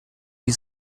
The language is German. sie